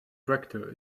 rector